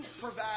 provide